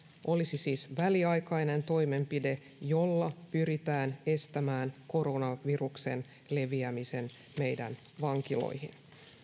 olisi siis väliaikainen toimenpide jolla pyritään estämään koronaviruksen leviäminen meidän vankiloihimme